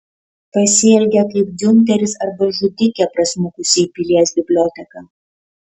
pasielgė kaip giunteris arba žudikė prasmukusi į pilies biblioteką